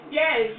yes